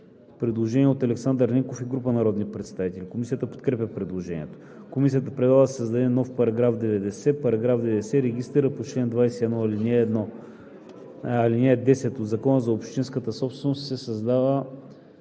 Предложение от Александър Ненков и група народни представители. Комисията подкрепя предложението. Комисията предлага да се създаде § 90: „§ 90. Регистърът по чл. 21, ал. 10 от Закона за общинската собственост